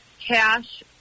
cash